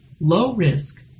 low-risk